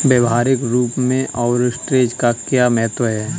व्यवहारिक रूप में आर्बिट्रेज का क्या महत्व है?